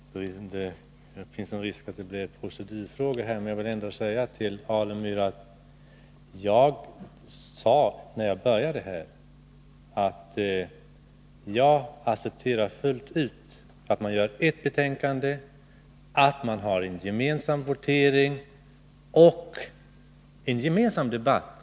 Fru talman! Jag vet inte om det föreligger någon risk för enbart en debatt i procedurfrågor. Men jag vill ändå säga följande till Stig Alemyr. Som jag inledningsvis framhöll accepterar jag fullt ut ett gemensamt betänkande, en gemensam votering och en gemensam debatt.